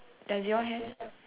does your have